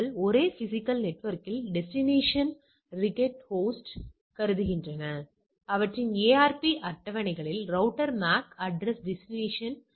அதாவது இது கழித்தல் இது வர்க்கம் வகுத்தல் எதிர்பார்க்கப்பட்டவை இதைபோன்று இவை ஒவ்வொன்றையும் நீங்கள் தொடர்ந்து கூட்டிக்கொண்டே போகவேண்டும்